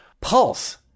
Pulse